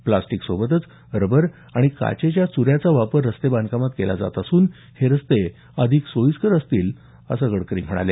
प्लास्टिककसोबतच rubber आणि काचेच्या चुऱ्याचा वापर रस्ते बांधकामात केला जात असून हे रस्ते अधिक सोयीस्कर असतील असं गडकरी म्हणाले